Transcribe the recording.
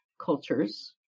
cultures